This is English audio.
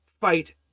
fight